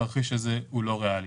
את זה אני עשיתי.